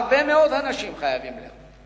הרבה מאוד אנשים חייבים לך.